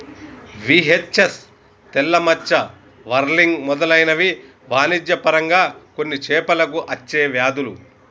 VHS, తెల్ల మచ్చ, whirling మెదలైనవి వాణిజ్య పరంగా కొన్ని చేపలకు అచ్చే వ్యాధులు